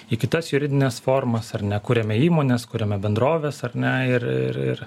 į kitas juridines formas ar ne kuriame įmonės kuriame bendrovės ar ne ir ir